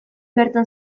bertan